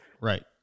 right